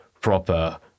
proper